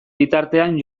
bitartean